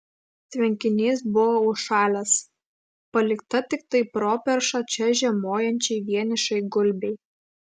tvenkinys buvo užšalęs palikta tiktai properša čia žiemojančiai vienišai gulbei